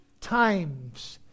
times